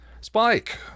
Spike